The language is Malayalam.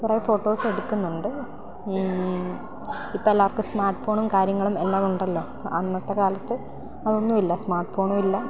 കുറേ ഫോട്ടോസ് എടുക്കുന്നുണ്ട് ഇപ്പം എല്ലാവർക്കും സ്മാർട്ട് ഫോണും കാര്യങ്ങളും എല്ലാം ഉണ്ടല്ലോ അന്നത്തെ കാലത്ത് അതൊന്നുമില്ല സ്മാർട്ട് ഫോണുമില്ല